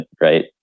right